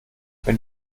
wenn